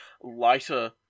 lighter